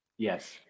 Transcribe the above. Yes